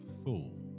Full